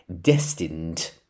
destined